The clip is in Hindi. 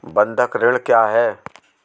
बंधक ऋण क्या है?